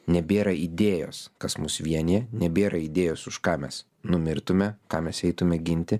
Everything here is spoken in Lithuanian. nebėra idėjos kas mus vienija nebėra idėjos už ką mes numirtume ką mes eitume ginti